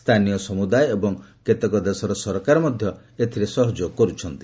ସ୍ଥାନୀୟ ସମୁଦାୟ ଏବଂ କେତେକ ଦେଶର ସରକାର ମଧ୍ୟ ଏଥିରେ ସହଯୋଗ କରୁଛନ୍ତି